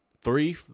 three